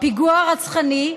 פיגוע רצחני,